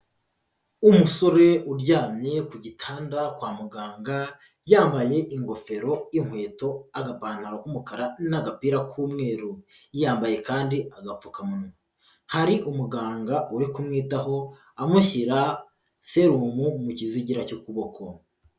Umusore uryamye ku gitanda kwa muganga yambaye ingofero, inkweto, agapantaro, k'umukara n'agapira k'umweru yambaye kandi agapfukamuwa, hari umuganga uri kumwitaho amushyira serumu mu kizigira cy'ukuboko.